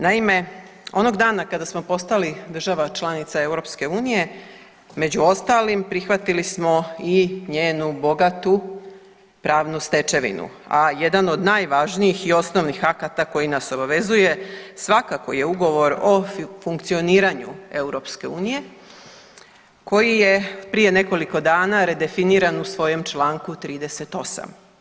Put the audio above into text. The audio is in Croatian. Naime, onog dana kada smo postali država članica EU, među ostalim, prihvatili smo i njenu bogatu pravnu stečevinu, a jedan od najvažnijih i osnovnih akata koji nas obavezuje, svakako je Ugovor o funkcioniranju EU koji je prije nekoliko dana redefiniran u svojem čl. 38.